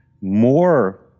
more